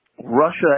Russia